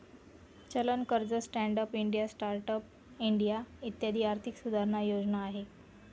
चलन कर्ज, Stand Up India, Start Up India इत्यादी आर्थिक सुधारणा योजना आहे